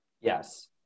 Yes